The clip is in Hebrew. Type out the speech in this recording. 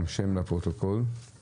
אני